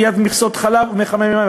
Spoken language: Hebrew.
קביעת מכסות חלב ומחממי מים.